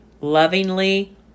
lovingly